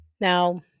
Now